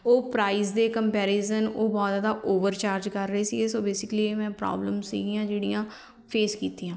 ਉਹ ਪ੍ਰਾਈਜ ਦੇ ਕੰਪੈਰੀਜ਼ਨ ਉਹ ਬਹੁਤ ਜ਼ਿਆਦਾ ਓਵਰ ਚਾਰਜ ਕਰ ਰਹੇ ਸੀਗੇ ਸੋ ਬੇਸਿਕਲੀ ਇਹ ਮੈਂ ਪ੍ਰੋਬਲਮ ਸੀ ਜਿਹੜੀਆਂ ਫੇਸ ਕੀਤੀਆਂ